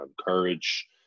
courage